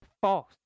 false